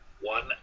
one